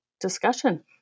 discussion